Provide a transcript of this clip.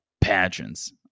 Pageants